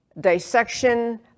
dissection